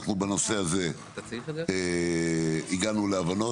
שאנחנו בנושא הזה הגענו להבנות,